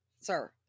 sir